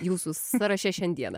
jūsų sąraše šiandieną